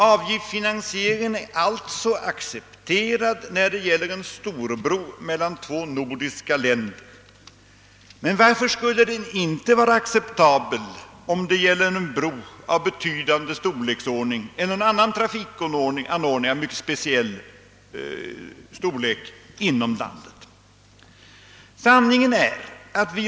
Avgiftsfinansieringen är alltså accepterad när det gäller en storbro mellan två nordiska länder. Varför skulle den inte vara acceptabel om det gäller en bro av betydande storleksordning eller en annan trafikanordning av mycket speciell storlek inom landet?